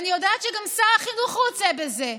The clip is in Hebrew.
אני יודעת שגם שר החינוך רוצה בזה.